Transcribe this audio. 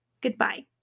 goodbye